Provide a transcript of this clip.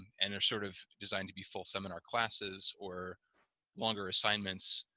and and they're sort of designed to be full seminar classes or longer assignments.